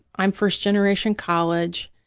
i'm first-generation college.